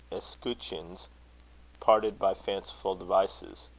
escutcheons parted by fanciful devices.